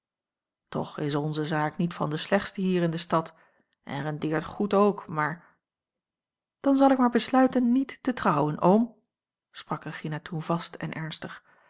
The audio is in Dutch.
toch is onze zaak niet van de slechtste hier in de stad en rendeert goed ook maar dan zal ik maar besluiten niet te trouwen oom sprak regina toen vast en ernstig